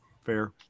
Fair